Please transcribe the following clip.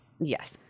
yes